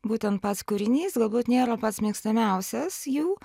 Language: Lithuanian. būtent pats kūrinys galbūt nėra pats mėgstamiausias jų